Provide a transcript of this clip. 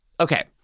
Okay